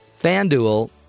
FanDuel